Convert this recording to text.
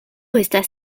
estas